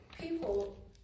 People